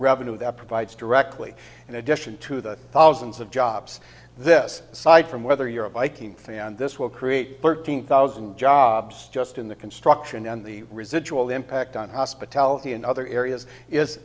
revenue that provides directly in addition to the thousands of jobs this side from whether you're a vikings fan this will create thirteen thousand jobs just in the construction and the residual impact on hospitality in other areas is